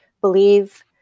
believe